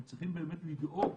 הם צריכים באמת לדאוג